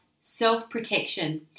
self-protection